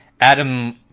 Adam